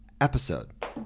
episode